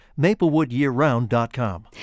MaplewoodYearRound.com